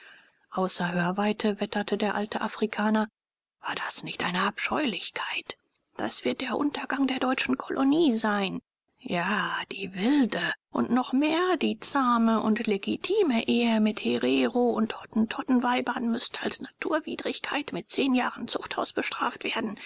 außer hörweite wetterte der alte afrikaner war das nicht eine abscheulichkeit das wird der untergang der deutschen kolonie sein ja die wilde und noch mehr die zahme und legitime ehe mit herero und hottentotten weibern müßte als naturwidrigkeit mit zehn jahren zuchthaus bestraft werden